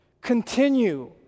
continue